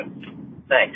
Thanks